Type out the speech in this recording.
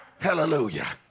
Hallelujah